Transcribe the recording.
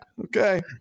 Okay